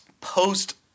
Post